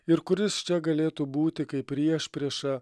ir kuris čia galėtų būti kaip priešprieša